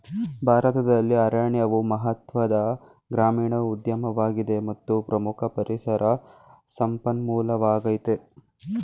ಭಾರತದಲ್ಲಿ ಅರಣ್ಯವು ಮಹತ್ವದ ಗ್ರಾಮೀಣ ಉದ್ಯಮವಾಗಿದೆ ಮತ್ತು ಪ್ರಮುಖ ಪರಿಸರ ಸಂಪನ್ಮೂಲವಾಗಯ್ತೆ